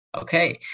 Okay